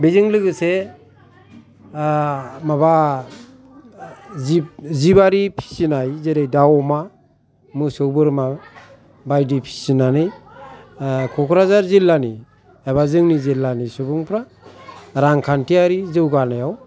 बेजों लोगोसे माबा जिब जिबारि फिसिनाय जेरै दाव अमा मोसौ बोरमा बायदि फिसिनानै क'क्राझार जिल्लानि एबा जोंनि जिल्लानि सुबुंफ्रा रांखान्थियारि जौगानायाव